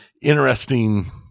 interesting